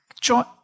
join